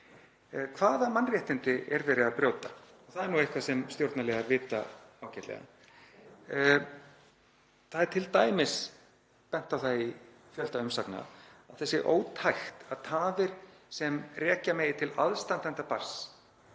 Hvaða mannréttindi er verið að brjóta? Það er eitthvað sem stjórnarliðar vita ágætlega. Það er t.d. bent á það í fjölda umsagna að það sé ótækt að tafir sem rekja megi til aðstandenda barns